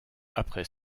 après